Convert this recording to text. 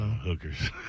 Hookers